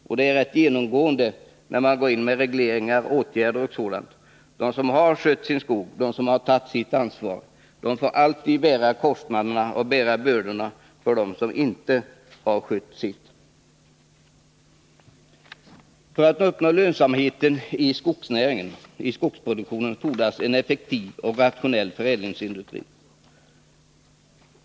När man går in med regleringar och åtgärder m.m. är det genomgående så att de som har skött sin skog och tagit sitt ansvar alltid får bära kostnaderna och bördorna för dem som inte har skött sin skog. För att man skall uppnå lönsamhet i skogsnäringen fordras en effektiv och rationell förädlingsindustri.